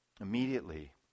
immediately